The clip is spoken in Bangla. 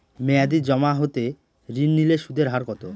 মেয়াদী জমা হতে ঋণ নিলে সুদের হার কত?